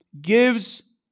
gives